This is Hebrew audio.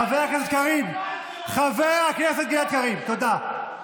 חבר הכנסת קריב, חבר הכנסת גלעד קריב, תודה.